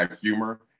humor